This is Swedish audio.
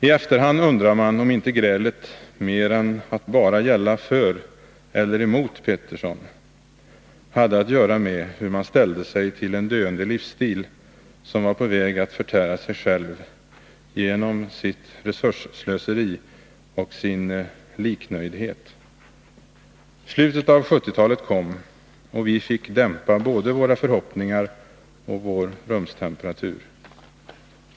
I efterhand undrar man om inte grälet mer än att bara gälla för eller emot Pettersson, hade att göra med hur man ställde sig till en döende livsstil som var på väg att förtära sig själv genom sitt resursslöseri och sin liknöjdhet. Slutet av 70-talet kom och vi fick dämpa både våra förhoppningar och vår rumstemperatur.